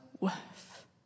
worth